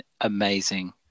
amazing